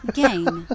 game